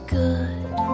good